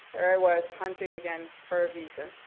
there i was hunting again for a visa.